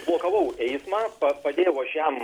blokavau eismą pa padėjau aš jam